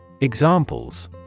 Examples